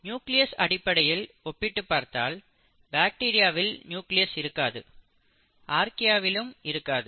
nucleus அடிப்படையில் ஒப்பிட்டு பார்த்தால் பாக்டீரியாவில் நியூக்ளியஸ் இருக்காது ஆர்க்கியாவிலும் இருக்காது